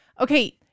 Okay